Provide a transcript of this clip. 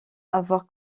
avoir